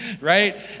right